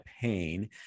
pain